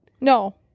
No